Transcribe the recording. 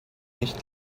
nicht